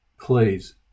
please